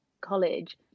college